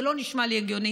זה לא נשמע לי הגיוני,